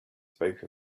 spoke